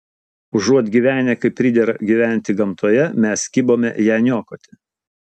užuot gyvenę kaip pridera gyventi gamtoje mes kibome ją niokoti